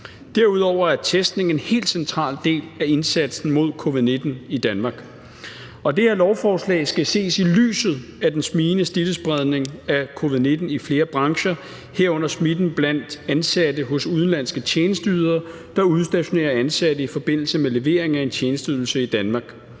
Derudover er testning en helt central del af indsatsen mod covid-19 i Danmark. Det her lovforslag skal ses i lyset af den stigende smittespredning med covid-19 i flere brancher, herunder smitten blandt ansatte hos udenlandske tjenesteydere, der udstationerer ansatte i forbindelse med levering af en tjenesteydelse i Danmark.